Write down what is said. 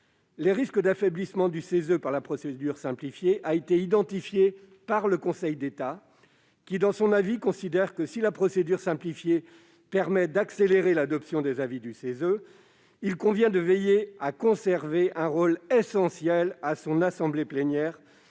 Le risque d'affaiblissement du CESE par la procédure simplifiée a été identifié par le Conseil d'État, qui, dans son avis, considère que, si la procédure simplifiée permet d'accélérer l'adoption des avis du CESE, il convient de veiller à conserver un rôle essentiel à son assemblée plénière,